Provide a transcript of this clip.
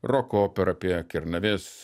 roko opera apie kernavės